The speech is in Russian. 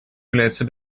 является